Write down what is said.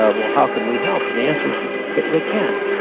ah well, how can we help? and the answer is, they can't.